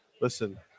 Listen